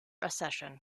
accession